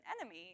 enemy